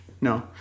No